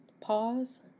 Pause